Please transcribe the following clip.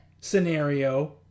scenario